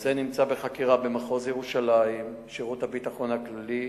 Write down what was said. הנושא נמצא בחקירה במחוז ירושלים ושירות הביטחון הכללי.